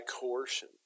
coercion